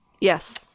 Yes